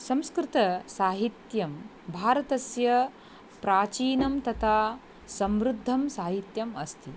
संस्कृतसाहित्यं भारतस्य प्राचीनं तथा समृद्धं साहित्यम् अस्ति